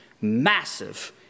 massive